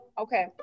okay